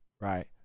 Right